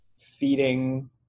feeding